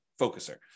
focuser